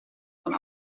van